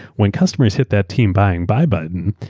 when customers hit that team buying buy button,